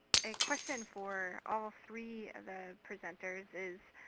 a question for all three of the presenters is,